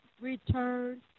return